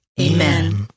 Amen